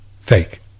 fake